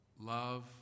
Love